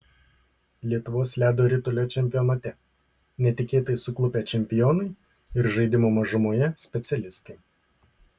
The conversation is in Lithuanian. lietuvos ledo ritulio čempionate netikėtai suklupę čempionai ir žaidimo mažumoje specialistai